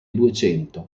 duecento